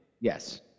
Yes